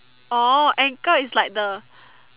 orh anchor is like the